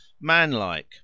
manlike